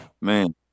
man